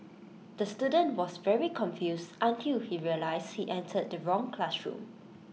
the student was very confused until he realised he entered the wrong classroom